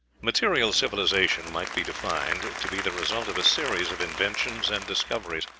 material civilization might be defined to be the result of a series of inventions and discoveries,